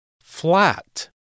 flat